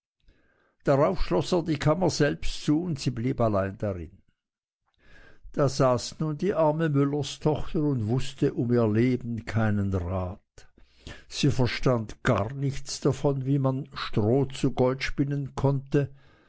darauf schloß er die kammer selbst zu und sie blieb allein darin da saß nun die arme müllerstochter und wußte um ihr leben keinen rat sie verstand gar nichts davon wie man stroh zu gold spinnen konnte